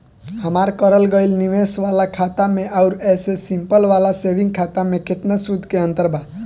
हमार करल गएल निवेश वाला खाता मे आउर ऐसे सिंपल वाला सेविंग खाता मे केतना सूद के अंतर बा?